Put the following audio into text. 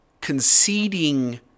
conceding